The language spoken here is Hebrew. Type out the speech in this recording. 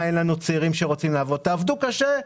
אין לנו צעירים שרוצים לעבוד תעבדו קשה,